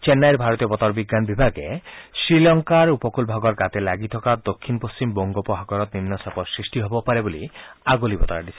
চেন্নাইৰ ভাৰতীয় বতৰ বিজ্ঞান বিভাগে শ্ৰীলংকাৰ উপকূল ভাগৰ গাতে লাগি থকা দক্ষিণ পশ্চিম বংগোপসাগৰত নিম্ন চাপৰ সৃষ্টি হ'ব পাৰে বুলি আগলি বতৰা দিছে